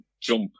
jump